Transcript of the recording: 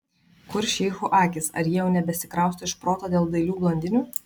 kur šeichų akys ar jie jau nebesikrausto iš proto dėl dailių blondinių